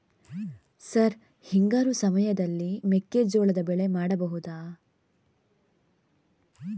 Sir ಹಿಂಗಾರು ಸಮಯದಲ್ಲಿ ಮೆಕ್ಕೆಜೋಳದ ಬೆಳೆ ಮಾಡಬಹುದಾ?